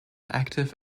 active